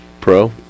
pro